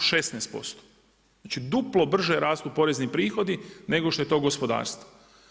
Znači duplo brže rastu porezni prihodi nego što je to gospodarstvo.